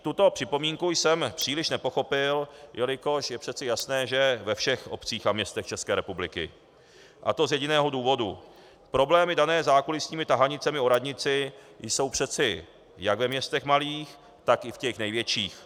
Tuto připomínku jsem příliš nepochopil, jelikož je přece jasné, že ve všech obcích a městech České republiky, a to z jediného důvodu: problémy dané zákulisními tahanicemi o radnici jsou přeci jak ve městech malých, tak i v těch největších.